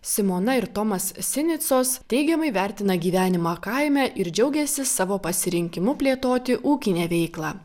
simona ir tomas sinicos teigiamai vertina gyvenimą kaime ir džiaugėsi savo pasirinkimu plėtoti ūkinę veiklą